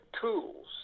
tools